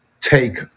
take